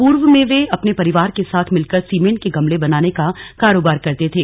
पूर्व में वे अपने परिवार के साथ मिलकर सीमेंट के गमले बनाने का कारोबार करते थे